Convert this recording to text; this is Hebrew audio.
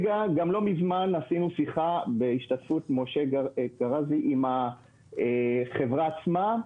לא מזמן עשינו שיחה בהשתתפות משה גראזי עם החברה עצמה.